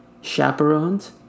chaperones